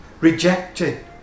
rejected